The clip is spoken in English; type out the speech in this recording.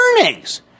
earnings